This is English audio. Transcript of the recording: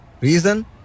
Reason